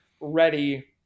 ready